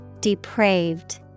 Depraved